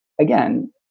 again